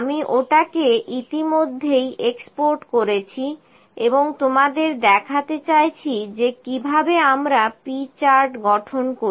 আমি ওটাকে ইতিমধ্যেই এক্সপোর্ট করেছি এবং তোমাদের দেখাতে চাইছি যে কিভাবে আমরা P চার্ট গঠন করি